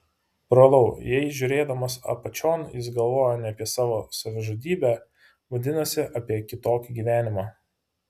brolau jei žiūrėdamas apačion jis galvojo ne apie savižudybę vadinasi apie kitokį gyvenimą